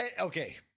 okay